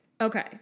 Okay